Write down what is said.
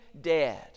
dead